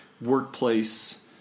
workplace